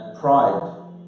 pride